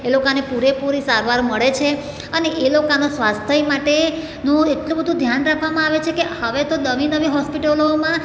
એ લોકાને પૂરેપૂરી સારવાર મળે છે અને એ લોકાનું સ્વાસ્થ્ય માટે નું એટલું બધું ધ્યાન રાખવામાં આવે છે કે હવે તો નવી નવી હોસ્પિટલોમાં